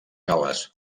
gal·les